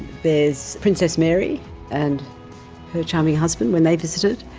there's princess mary and her charming husband when they visited.